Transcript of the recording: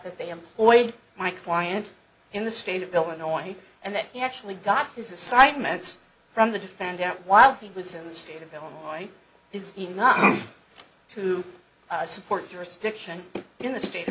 that they employed my client in the state of illinois and that he actually got his assignments from the defendant while he was in the state of illinois is enough to support jurisdiction in the state